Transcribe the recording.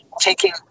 taking